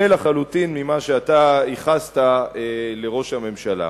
לחלוטין ממה שאתה ייחסת לראש הממשלה.